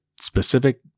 specific